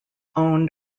owned